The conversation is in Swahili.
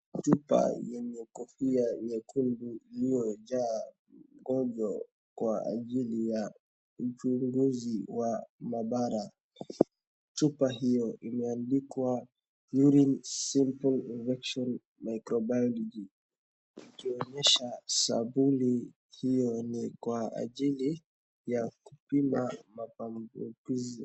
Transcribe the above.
Chupa yenye kofia nyekundu iliyojaa gonjwa kwa ajili ya uchunguzi wa maabara. Chupa hiyo imeandikwa urine sample erection microbiology ikionyesha sampuli hiyo ni kwa ajili ya kupima maambukizi.